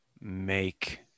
make